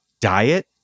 diet